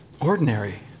ordinary